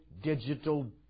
digital